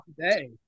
today